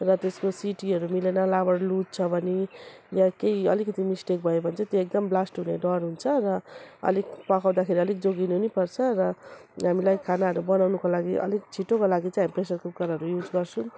र त्यसको सिटीहरू मिलेन रबर लुज छ भने वा केही अलिकति मिस्टेक भयो भने चाहिँ त्यो एकदम ब्लास्ट हुने डर हुन्छ र अलिक पकाउँदाखेरि अलिक जोगिनु नि पर्छ र हामीलाई खानाहरू बनाउनुको लागि अलिक छिटोको लागि चाहिँ हामी प्रेसर कुकरहरू युज गर्छौँ